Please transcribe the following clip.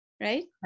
right